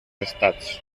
estats